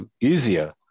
easier